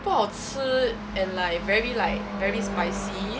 不好吃 and like very like very spicy